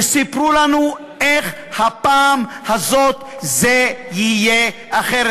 וסיפרו לנו איך הפעם הזאת זה יהיה אחרת,